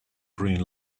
green